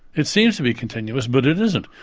it seems to be continuous but it isn't.